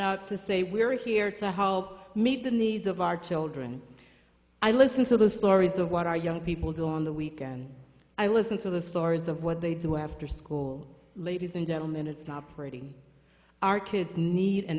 out to say we are here to help meet the needs of our children i listen to the stories of what our young people do on the weekend i listen to the stories of what they do after school ladies and gentlemen it's not pretty our kids need an